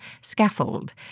Scaffold